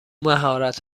مهارت